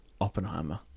Oppenheimer